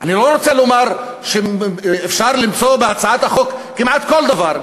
אני לא רוצה לומר שאפשר למצוא בהצעת החוק כמעט כל דבר,